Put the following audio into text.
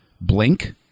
Blink